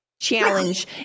challenge